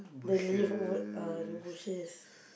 the leaf over uh the bushes